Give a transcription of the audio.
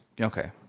Okay